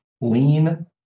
lean